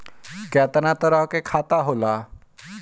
केतना तरह के खाता होला?